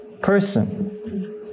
person